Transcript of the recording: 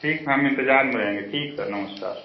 ठीक हम इंतेजार में रहेंगे ठीक सर नमस्कार